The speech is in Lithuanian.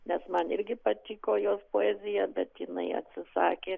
nes man irgi patiko jos poezija bet jinai atsisakė